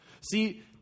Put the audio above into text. See